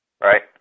right